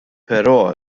però